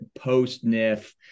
post-NIF